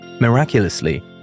Miraculously